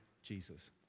Jesus